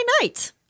night